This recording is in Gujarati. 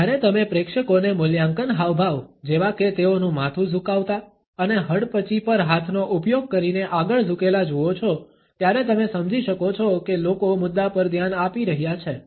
જ્યારે તમે પ્રેક્ષકોને મૂલ્યાંકન હાવભાવ જેવા કે તેઓનુ માથું ઝુકાવતા અને હડપચી પર હાથનો ઉપયોગ કરીને આગળ ઝુકેલા જુઓ છો ત્યારે તમે સમજી શકો છો કે લોકો મુદ્દા પર ધ્યાન આપી રહ્યા છે